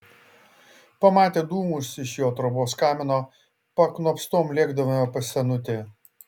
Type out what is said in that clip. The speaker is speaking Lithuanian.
pamatę dūmus iš jo trobos kamino paknopstom lėkdavome pas senutį